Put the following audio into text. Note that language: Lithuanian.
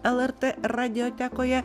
lrt radiotekoje